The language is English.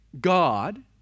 God